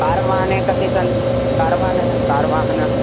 कार्वाहने कति सन् कार् वाहनेन कार्वाहनम्